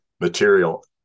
material